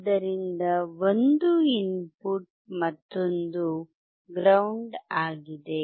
ಆದ್ದರಿಂದ ಒಂದು ಇನ್ಪುಟ್ ಮತ್ತೊಂದು ಗ್ರೌಂಡ್ ಆಗಿದೆ